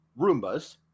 Roombas